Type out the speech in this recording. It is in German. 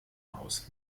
aus